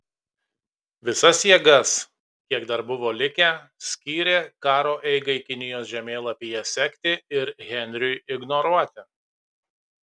visas jėgas kiek dar buvo likę skyrė karo eigai kinijos žemėlapyje sekti ir henriui ignoruoti